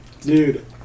Dude